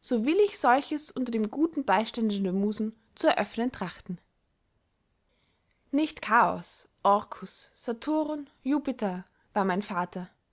so will ich solches unter dem guten beystande der musen zu eröfnen trachten nicht chaos orkus saturn jupiter war mein vater